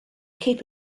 keep